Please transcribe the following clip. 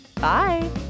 Bye